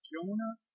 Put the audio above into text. Jonah